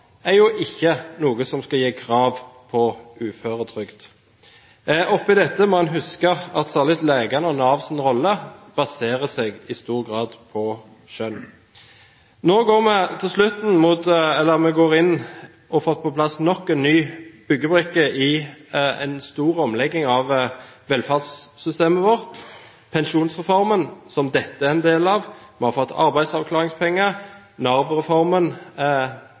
ikke er noe som skal gi krav på uføretrygd. Oppe i dette må en huske at særlig legenes og Navs rolle i stor grad baserer seg på skjønn. Nå får vi på plass nok en byggebrikke i en stor omlegging av velferdssystemet vårt. Vi har pensjonsreformen, som dette er en del av, vi har fått arbeidsavklaringspenger,